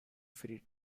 free